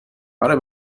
آره